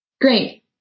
Great